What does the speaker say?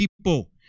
people